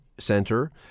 center